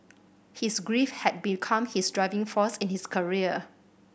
his grief had become his driving force in his career